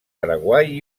paraguai